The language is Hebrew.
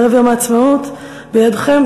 בערב יום העצמאות: בידיכם,